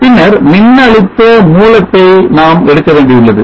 பின்னர் மின்னழுத்த மூலத்தை நாம் எடுக்க வேண்டியுள்ளது